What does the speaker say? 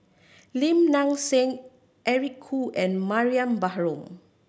Lim Nang Seng Eric Khoo and Mariam Baharom